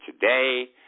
today